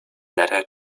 letter